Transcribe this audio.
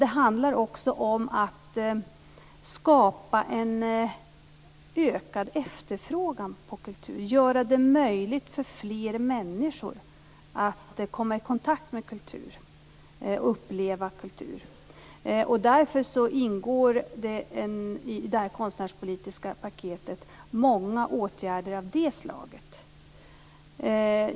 Det handlar också om att skapa en ökad efterfrågan på kultur och göra det möjligt för fler människor att komma i kontakt med kultur och uppleva kultur. Därför ingår i detta konstnärspolitiska paket många åtgärder av det slaget.